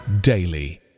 daily